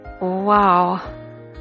Wow